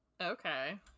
Okay